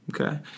Okay